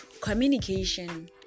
communication